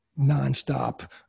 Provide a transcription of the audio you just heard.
nonstop